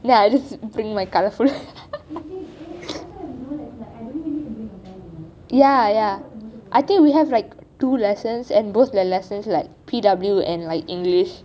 then I just bring my colourful ya ya I think we have like two lessons and both the lessons like P_W and like english